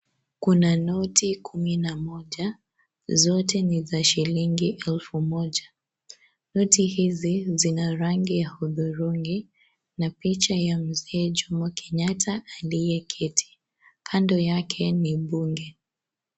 Kuna noti kumi na moja .Zote ni za shilingi elfu moja. Noti hizi zina rangi ya udhurungi na picha ya mzee Jomo Kenyatta aliyeketi. Kando yake ni bunge.